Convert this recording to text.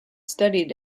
studied